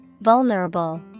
Vulnerable